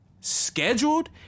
scheduled